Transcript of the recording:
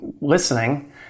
listening